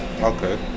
Okay